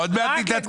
רק לגופו של